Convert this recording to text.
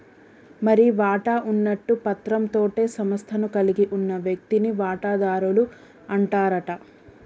మరి వాటా ఉన్నట్టు పత్రం తోటే సంస్థను కలిగి ఉన్న వ్యక్తిని వాటాదారుడు అంటారట